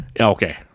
okay